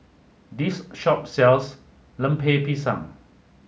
this shop sells Lemper Pisang